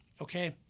Okay